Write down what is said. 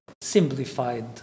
simplified